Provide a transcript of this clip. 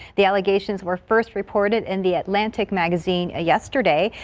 the allegations were first reported in the atlantic magazine yesterday.